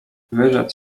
wyrzec